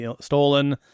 stolen